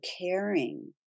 caring